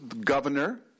governor